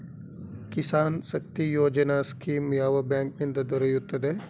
Kisan Shakti Yojana scheme ಯಾವ bank ನಿಂದ ದೊರೆಯುತ್ತದೆ?